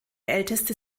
älteste